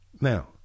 Now